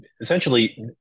essentially